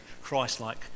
Christ-like